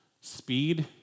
Speed